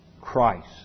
Christ